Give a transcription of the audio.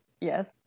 yes